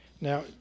Now